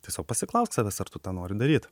tiesiog pasiklaust savęs ar tu tą nori daryt